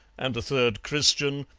and a third christian,